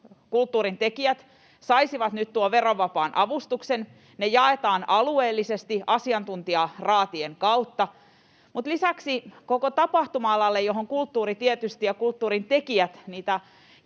kulttuurin tekijät saisivat nyt tuon verovapaan avustuksen. Ne jaetaan alueellisesti asiantuntijaraatien kautta. Mutta lisäksi koko tapahtuma-alalle, johon tietysti kulttuuri ja kulttuurin tekijät niitä